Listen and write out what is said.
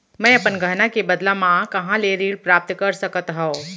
मै अपन गहना के बदला मा कहाँ ले ऋण प्राप्त कर सकत हव?